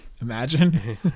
Imagine